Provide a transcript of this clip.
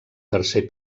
tercer